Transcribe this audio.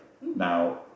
Now